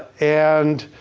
and